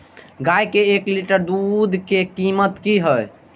गाय के एक लीटर दूध के कीमत की हय?